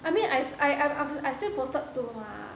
I mean I I I I still posted two mah